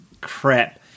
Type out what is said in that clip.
crap